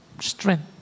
strength